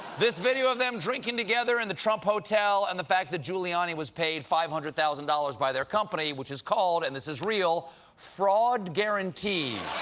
this video of them drinking together in the trump hotel, and the fact that giuliani was paid five hundred thousand dollars by their company, which is called and this is real fraud guarantee.